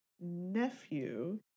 nephew